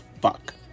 fuck